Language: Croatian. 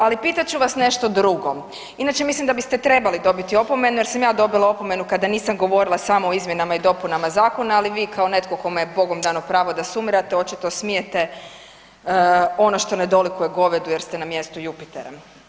Ali pitat ću vas nešto drugo, inače mislim da biste trebali dobiti opomenu jer sam ja dobila opomenu kada nisam govorila samo o izmjenama i dopunama zakona, ali vi kao netko kome je bogom dano pravo da sumirate očito smijete ono što ne dolikuje govedu jer ste na mjestu Jupitera.